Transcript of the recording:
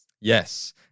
Yes